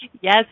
Yes